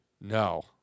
No